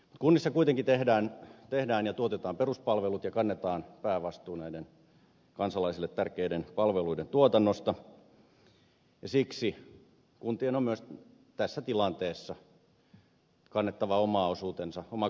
kunnissa kuitenkin tehdään ja tuotetaan peruspalvelut ja kannetaan päävastuu näiden kansalaisille tärkeiden palveluiden tuotannosta ja siksi kuntien on myös tässä tilanteessa kannettava oma kortensa kekoon